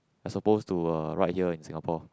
and suppose to ride here in Singapore